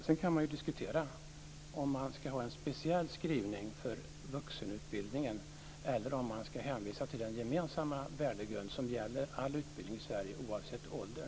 Sedan kan man ju diskutera om man ska ha en speciell skrivning för vuxenutbildningen eller om man ska hänvisa till den gemensamma värdegrund som gäller all utbildning i Sverige oavsett ålder.